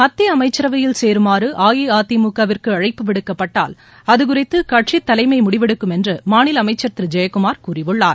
மத்திய அமைச்சரவையில் சேருமாறு அஇஅதிமுக விற்கு அழைப்பு விடுக்கப்பட்டால் அது குறித்து கட்சித் தலைமை முடிவெடுக்கும் என்று மாநில அமைச்சர் திரு ஜெயக்குமார் கூழியுள்ளார்